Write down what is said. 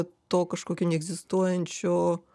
to kažkokio neegzistuojančio